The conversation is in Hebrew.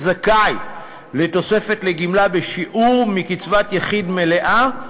זכאי לתוספת לגמלה בשיעור מקצבת יחיד מלאה,